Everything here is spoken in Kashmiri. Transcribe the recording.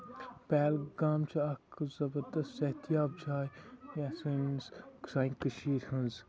پَہلگام چھُ اکھ زَبردست صحت یاب جاے یتھ سٲنِس سانہِ کٔشیٖرِ ہٕنٛز